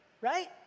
right